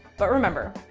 but remember,